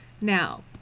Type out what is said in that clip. Now